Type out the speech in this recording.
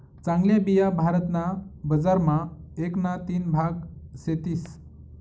चांगल्या बिया भारत ना बजार मा एक ना तीन भाग सेतीस